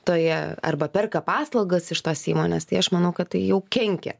toje arba perka paslaugas iš tos įmonės tai aš manau kad tai jau kenkia